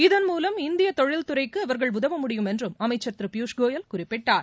இதன்மூலம் இந்தியத் தொழில்துறைக்குஅவர்கள் உதவமுடியும் என்றும் அமைச்சர் திருபியூஷ் கோயல் குறிப்பிட்டார்